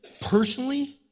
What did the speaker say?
personally